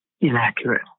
inaccurate